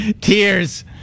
Tears